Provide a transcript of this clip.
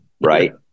Right